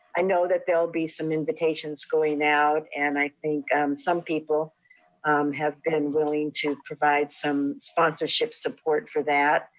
i know that there'll be some invitation going out, and i think some people have been willing to provide some sponsorship support for that.